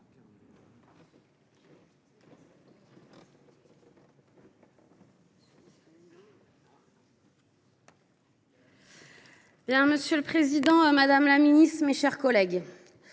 Monsieur le président, madame la ministre, mes chers collègues,